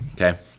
Okay